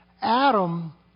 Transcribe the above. Adam